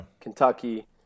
Kentucky